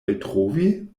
eltrovi